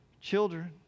children